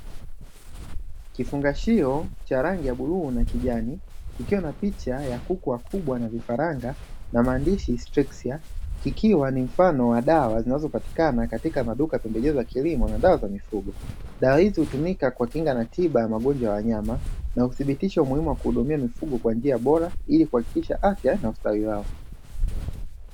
Kifungashio cha rangi ya bluu na kijani, kikiwa na picha ya kuku wakubwa na vifaranga na maandishi ''Strexiac'' kikiwa ni mfano wa dawa zinazopatikana katika maduka ya pembejeo za kilimo na dawa za mifugo. Dawa hizi hutumika kwa kinga na tiba ya magonjwa ya wanyama, na huthibitisho umuhimu wa kuhudumia mifugo kwa njia bora, ili kuhakikisha afya na ubora wa ustawi wao.